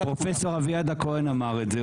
פרופ' אביעד הכהן אמר את זה,